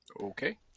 Okay